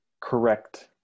correct